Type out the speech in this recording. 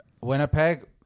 Winnipeg